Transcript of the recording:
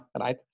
Right